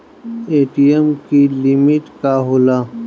ATM की limit का होला?